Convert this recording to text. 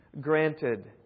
granted